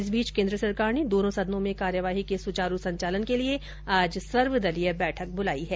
इस बीच केन्द्र सरकार ने दोनों सदनों में कार्यवाही के सुचारू संचालन के लिए आज सर्वदलीय बैठक बुलाई है